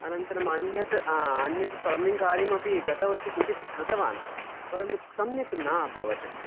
अनन्तरं अन्यत् अन्यत् प्लम्बिङ्ग् कार्यमपि गतवर्षे किञ्चित् कृतवान् परन्तु सम्यक् न अभवत्